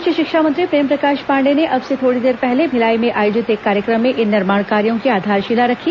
उच्च शिक्षा मंत्री प्रेमप्रकाश पांडेय ने अब से थोड़ी देर पहले भिलाई में आयोजित एक कार्यक्रम में इन निर्माण कार्यों की आधारशिला रखी